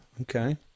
Okay